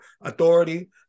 authority